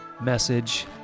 message